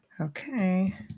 Okay